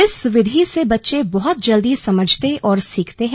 इस विधि से बच्चे बहत जल्दी समझते और सीखते हैं